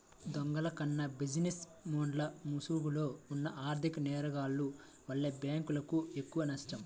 దొంగల కన్నా బిజినెస్ మెన్ల ముసుగులో ఉన్న ఆర్ధిక నేరగాల్ల వల్లే బ్యేంకులకు ఎక్కువనష్టం